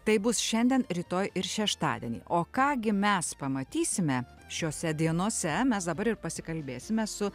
tai bus šiandien rytoj ir šeštadienį o ką gi mes pamatysime šiose dienose mes dabar ir pasikalbėsime su